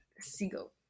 seagull